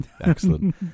Excellent